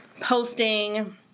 posting